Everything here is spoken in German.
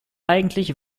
eigentlich